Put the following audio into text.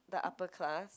the upper class